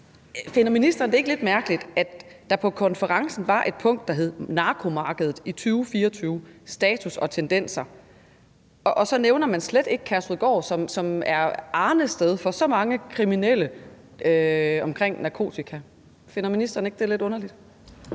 Finder ministeren det ikke lidt mærkeligt, at der på konferencen var et punkt, der hed »Narkomarkedet i 2024: Status og tendenser«, og så nævner man slet ikke Kærshovedgård, som er arnested for så mange kriminelle omkring narkotika? Finder ministeren ikke det lidt underligt?